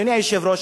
אדוני היושב-ראש,